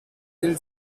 del